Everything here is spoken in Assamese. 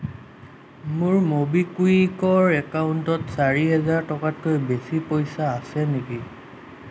মোৰ ম'বিকুইকৰ একাউণ্টত চাৰি হাজাৰ টকাতকৈ বেছি পইচা আছে নেকি